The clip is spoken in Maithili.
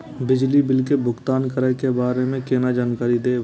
बिजली बिल के भुगतान करै के बारे में केना जानकारी देब?